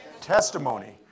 Testimony